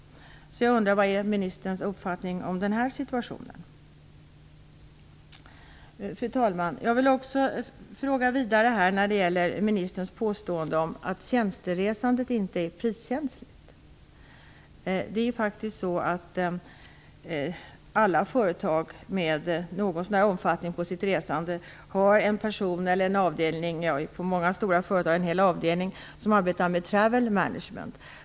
Jag undrar vad ministerns uppfattning är om den här situationen. Fru talman! Jag vill också fråga vidare när det gäller ministerns påstående om att tjänsteresandet inte är priskänsligt. Alla företag med något så när stor omfattning på sitt resande har en person eller på stora företag en hel avdelning som arbetar med "travel management".